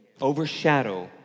overshadow